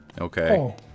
Okay